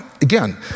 again